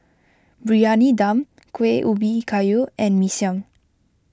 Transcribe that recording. Briyani Dum Kueh Ubi Kayu and Mee Siam